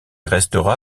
restera